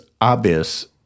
obvious